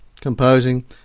composing